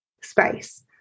space